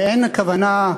ואין הכוונה,